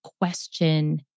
question